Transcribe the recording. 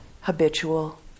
habitual